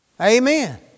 Amen